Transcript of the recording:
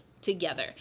together